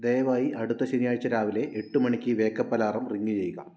ദയവായി അടുത്ത ശനിയാഴ്ച രാവിലെ എട്ട് മണിക്ക് വേക്ക്അപ്പ് അലാറം റിംഗ് ചെയ്യുക